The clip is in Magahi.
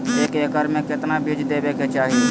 एक एकड़ मे केतना बीज देवे के चाहि?